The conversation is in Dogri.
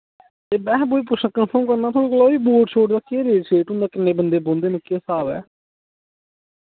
ते मैं कन्फर्म करना थोआड़े कोला कि बोट शोट दा केह् रेट शेट होंदा किन्ने बंदे बौह्ंदे न केह् स्हाब ऐ